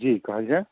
जी कहल जाइ